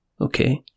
okay